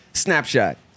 Snapshot